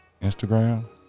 Instagram